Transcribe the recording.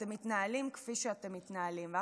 אתם מתנהלים כפי שאתם מתנהלים.